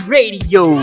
Radio